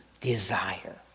desire